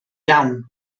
iawn